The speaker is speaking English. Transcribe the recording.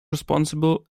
responsible